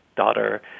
daughter